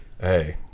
Hey